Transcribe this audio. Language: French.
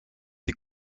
des